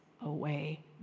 away